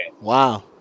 Wow